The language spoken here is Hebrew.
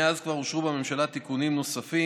מאז כבר אושרו בממשלה תיקונים נוספים,